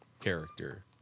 character